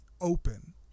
open